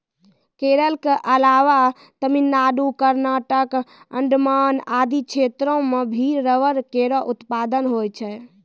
केरल क अलावा तमिलनाडु, कर्नाटक, अंडमान आदि क्षेत्रो म भी रबड़ केरो उत्पादन होय छै